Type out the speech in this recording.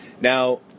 now